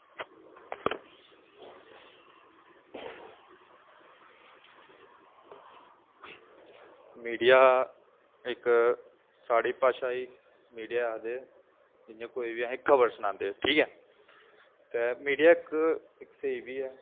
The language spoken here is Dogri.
मीडिया इक साढ़ी भाशा गी मीडिया आखदे जियां कोई बी खबर असें सनांदे ठीक ऐ ते मीडिया इक स्हेई बी ऐ